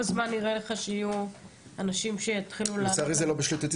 זמן נראה לך שיהיו אנשים שיתחילו לעבוד?